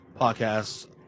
podcasts